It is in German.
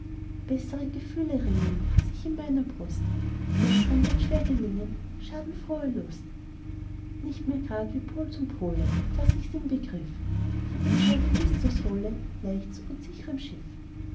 bessere gefühle ringen sich in meiner brust besserem wird schwer gelingen schadenfrohe lust nicht mehr grad wie pol zum pole fass ich's im begriff von dem scheitel bis zur sohle gleicht's unsichrem schiff